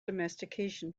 domestication